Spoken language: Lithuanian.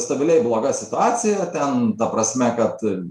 stabiliai bloga situacija ten ta prasme kad